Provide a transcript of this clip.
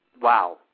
wow